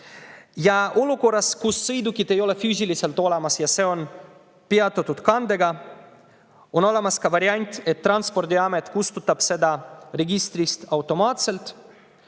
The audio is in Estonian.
Olukorras, kus sõidukit ei ole füüsiliselt olemas ja see on peatatud kandega, on ka variant, et Transpordiamet kustutab selle registrist automaatselt